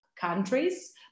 countries